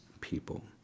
people